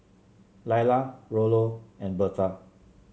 Laila Rollo and Bertha